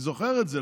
אני זוכר את זה.